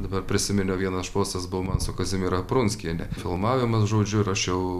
dabar prisiminiau vienas šposas buvo man su kazimiera prunskiene filmavimas žodžiu ir aš jau